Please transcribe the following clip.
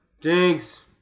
Jinx